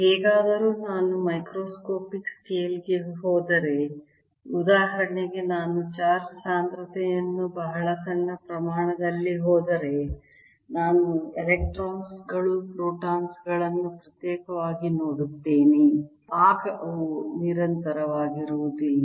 ಹೇಗಾದರೂ ನಾನು ಮೈಕ್ರೋಸ್ಕೋಪಿಕ್ ಸ್ಕೇಲ್ಗೆ ಹೋದರೆ ಉದಾಹರಣೆಗೆ ನಾನು ಚಾರ್ಜ್ ಸಾಂದ್ರತೆಯನ್ನು ಬಹಳ ಸಣ್ಣ ಪ್ರಮಾಣದಲ್ಲಿ ಹೋದರೆ ನಾನು ಎಲೆಕ್ಟ್ರಾನ್ ಗಳು ಪ್ರೋಟಾನ್ ಗಳನ್ನು ಪ್ರತ್ಯೇಕವಾಗಿ ನೋಡುತ್ತೇನೆ ಆಗ ಅವು ನಿರಂತರವಾಗಿರುವುದಿಲ್ಲ